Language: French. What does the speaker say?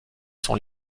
sont